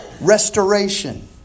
restoration